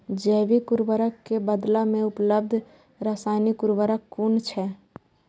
जैविक उर्वरक के बदला में उपलब्ध रासायानिक उर्वरक कुन छै?